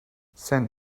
send